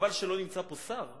וחבל שלא נמצא פה שר.